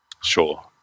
Sure